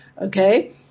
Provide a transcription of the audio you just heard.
okay